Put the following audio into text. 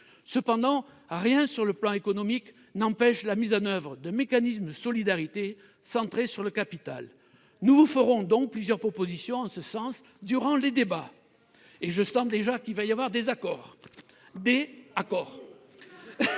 Cependant, rien sur le plan économique n'empêche la mise en oeuvre d'un mécanisme de solidarité centré sur le capital. Nous vous ferons plusieurs propositions en ce sens durant les débats. Nous n'en doutons pas ! Je sens qu'il y aura des accords